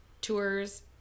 tours